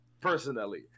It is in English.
personally